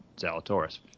Zalatoris